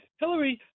Hillary